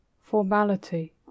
Formality